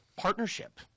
partnership